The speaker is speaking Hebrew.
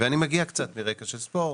ואני מגיע קצת מרקע של ספורט.